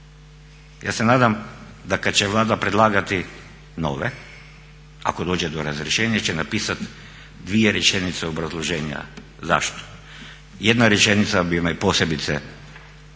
Ja se nadam da kada će Vlada predlagati nove ako dođe do razrješenja će napisati dvije rečenica obrazloženja zašto. jedna rečenica bi me posebice zadovoljila,